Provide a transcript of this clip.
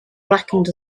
blackened